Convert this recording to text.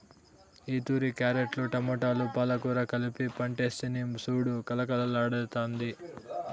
ఈతూరి క్యారెట్లు, టమోటాలు, పాలకూర కలిపి పంటేస్తిని సూడు కలకల్లాడ్తాండాది